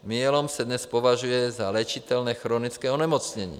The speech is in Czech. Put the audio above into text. Myelom se dnes považuje za léčitelné chronické onemocnění.